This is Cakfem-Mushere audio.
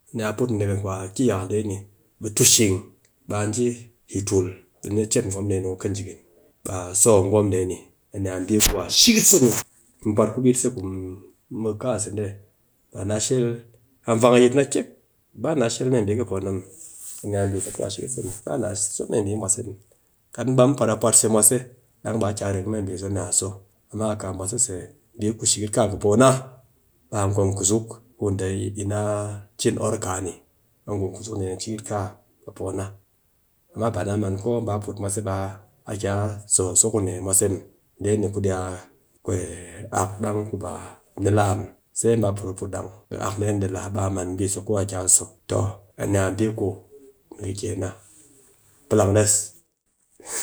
A ni a put nedeken ku a ki yakal dee, ɓe tu shing, ba a njiyi tul, ɓe ni chet gwom dee ni ku kajikin, ɓe a so a gwom dee ni a ni a mbi nku a shikit a so ni, mu pwat ku bit se ɓe mu put mu kaa se dee, a shel, a vwang a yit na kyek, naa shel mee mbi kɨ poo na muw. Baa na so mee mwase muw, kat mu baa mu pwat a pwat se mwase ɗang ɓe a baa a reng mee mbi so ni a so, amma kaa mwase se, ɓe mbi ku shikit kaa ki poo na be a gwom kuzuk dee ni. Na cin or kaa ni, a gwom kuzuk dee ni shilkit kaa ki poo na, amma ba naa man ko a baa a put mwase baa a ba a ki a so a so ku ne mwase muw. Dee ni kudi a ak dang ku baa ni laa muw, sai a baa a put a put dang ak dee ni ɗi laa ɓe a man mbi ku aki a so, toh a ni a mbi ku ni kɨken na, plang des